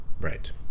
Right